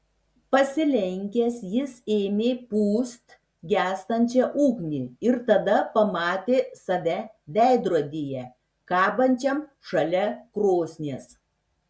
pasilenkęs jis ėmė pūst gęstančią ugnį ir tada pamatė save veidrodyje kabančiam šalia krosnies